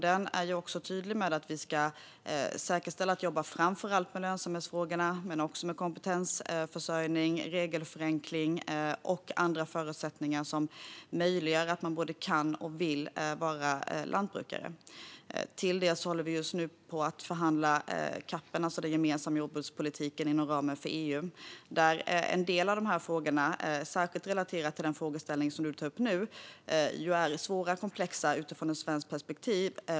Den är tydlig med att vi ska säkerställa att vi framför allt jobbar med lönsamhetsfrågorna men också med kompetensförsörjning, regelförenkling och andra förutsättningar som möjliggör att man både kan och vill vara lantbrukare. Utöver detta håller vi just nu på att förhandla CAP, alltså den gemensamma jordbrukspolitiken inom ramen för EU. En del av de här frågorna, särskilt relaterat till den frågeställning som Magnus Ek tar upp nu, är svåra och komplexa utifrån ett svenskt perspektiv.